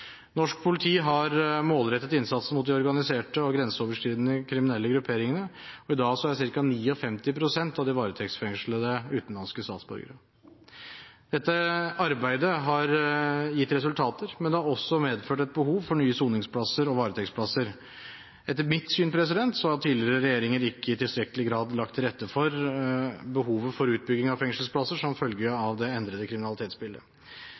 Norsk politi har målrettet innsatsen mot de organiserte og grenseoverskridende kriminelle grupperingene, og i dag er ca. 59 pst. av de varetektsfengslede utenlandske statsborgere. Dette arbeidet har gitt resultater, men det har også medført et behov for nye soningsplasser og varetektsplasser. Etter mitt syn, har tidligere regjeringer ikke i tilstrekkelig grad lagt til rette for behovet for utbygging av fengselsplasser som følge av det endrede kriminalitetsbildet.